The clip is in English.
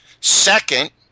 Second